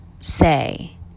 say